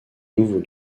nouveau